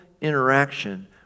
interaction